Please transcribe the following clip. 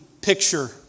picture